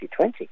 2020